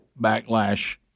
backlash